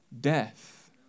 death